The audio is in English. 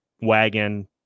wagon